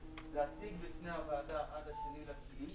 להציג גם בפני הוועדה עד ה-2 באוגוסט.